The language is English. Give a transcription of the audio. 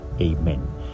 Amen